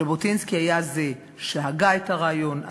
ז'בוטינסקי היה זה שהגה את הרעיון,